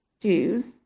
Jews